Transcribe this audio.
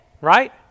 right